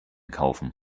kaufen